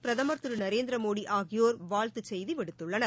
பிரதமர் திரு நரேந்திரமோடி ஆகியோர் வாழ்த்துச் செய்தி விடுத்துள்ளனர்